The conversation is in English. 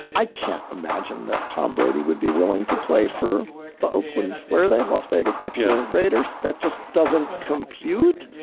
i can't imagine that tom brady would be willing to play for the oakland. where are they? las vegas, next. yeah raiders. that just doesn't compute.